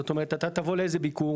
זאת אומרת, אתה תבוא לאיזה ביקור.